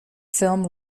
film